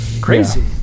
crazy